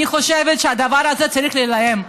אני חושבת שהדבר הזה צריך להיעלם.